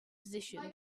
position